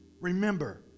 Remember